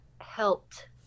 helped